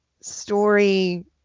story